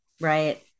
right